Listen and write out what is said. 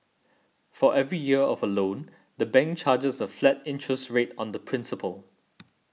for every year of a loan the bank charges a flat interest rate on the principal